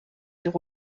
sur